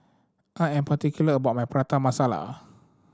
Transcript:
I am particular about my Prata Masala